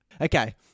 Okay